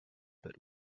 but